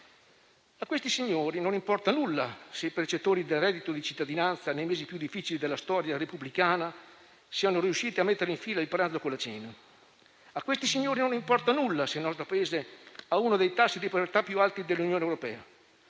A questi signori non importa nulla se i percettori del reddito di cittadinanza, nei mesi più difficili della storia repubblicana, sono riusciti a mettere in fila il pranzo con la cena. A questi signori non importa nulla se il nostro Paese ha uno dei tassi di povertà più alti dell'Unione europea,